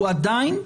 הוא עדיין,